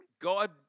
God